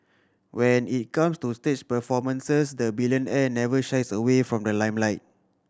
when it comes to stage performances the billionaire never shies away from the limelight